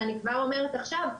ואני כבר אומרת עכשיו,